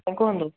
ହଁ କୁହନ୍ତୁ